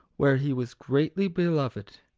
where he was greatly beloved,